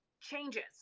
changes